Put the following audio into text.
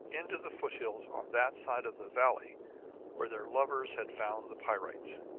into the foothills on that side of the valley where their lovers had found the pyrites.